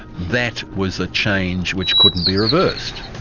that was a change which couldn't be reversed.